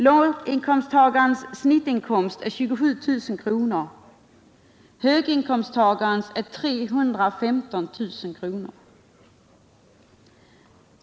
Låginkomsttagarens snittinkomst är 27 000 kronor, höginkomsttagarens är 315 000 kronor.